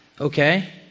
okay